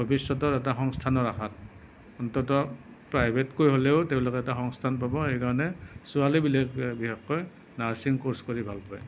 ভৱিষ্যতৰ এটা সংস্থানৰ আশাত অন্ততঃ প্ৰাইভেটকৈ হ'লেও তেওঁলোকে এটা সংস্থান পাব সেইকাৰণে ছোৱালীবিলাকে বিশেষকৈ নাৰ্ছিং কৰ্চ কৰি ভাল পায়